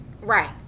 Right